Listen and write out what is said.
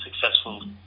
successful